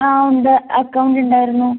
ആ ഉണ്ട് അക്കൗണ്ടുണ്ടായിരുന്നു